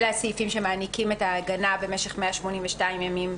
אלה הסעיפים שמעניקים את ההגנה במשך 182 ימים,